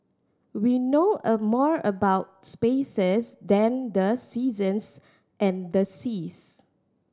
we know a more about spaces than the seasons and the seas